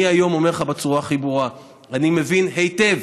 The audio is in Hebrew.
אני היום אומר בצורה הכי ברורה: אני מבין היטב